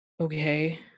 okay